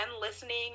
listening